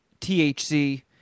THC